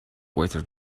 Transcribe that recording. whether